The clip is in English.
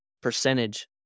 percentage